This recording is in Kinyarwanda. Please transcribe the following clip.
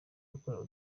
gukora